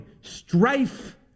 Strife